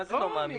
מה זה "לא מאמין"?